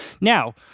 Now